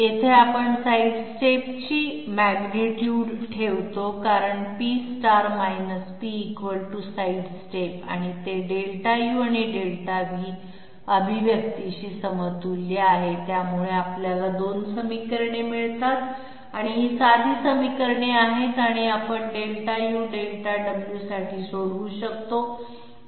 येथे आपण साइडस्टेपची विशालता ठेवतो कारण P P sidestep आणि ते Δu आणि Δv अभिव्यक्तीशी समतुल्य आहे त्यामुळे आपल्याला दोन समीकरणे मिळतात आणि ही साधी समीकरणे आहेत आणि आपण Δu आणि Δw साठी सोडवू शकतो